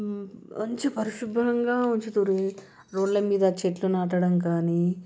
మంచి పరిశుభ్రంగా ఉంచుతుర్రు రోడ్ల మీద చెట్లు నాటడం కానీ